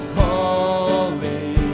holy